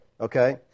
Okay